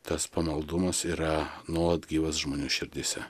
tas pamaldumas yra nuolat gyvas žmonių širdyse